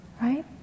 right